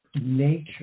nature